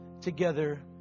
together